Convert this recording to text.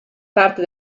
parte